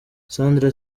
sandra